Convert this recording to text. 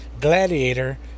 Gladiator